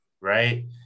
right